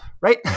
right